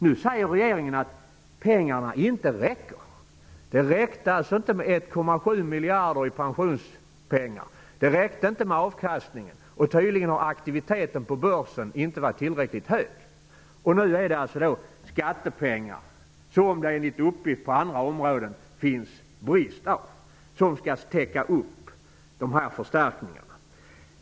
Nu säger regeringen att pengarna inte räcker. Det räckte alltså inte med 1,7 miljarder i pensionspengar och inte med avkastningen, och tydligen har aktiviteten på börsen inte varit tillräckligt hög. Nu är det alltså skattepengar -- som det enligt uppgift på andra områden är brist på -- som skall täcka upp de här förstärkningarna.